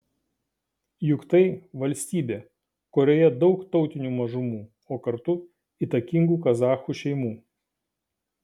juk tai valstybė kurioje daug tautinių mažumų o kartu įtakingų kazachų šeimų